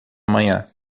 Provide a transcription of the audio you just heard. manhã